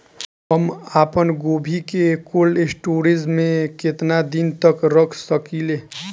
हम आपनगोभि के कोल्ड स्टोरेजऽ में केतना दिन तक रख सकिले?